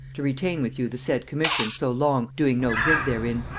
to retain with you the said commission so long, doing no good therein.